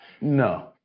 no